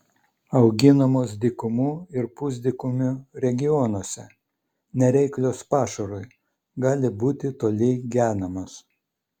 auginamos dykumų ir pusdykumių regionuose nereiklios pašarui gali būti toli genamos